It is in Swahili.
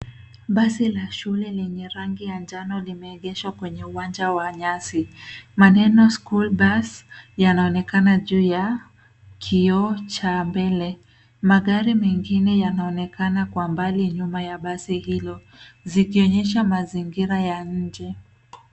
Basi la shule lenye rangi ya njano limeegeshwa kwenye uwanja wa nyasi. Maneno school bus yanaonekana juu ya kioo cha mbele. Magari mengine yanaonekana kwa mbali nyuma ya basi hilo, zikionyesha mazingira ya nje.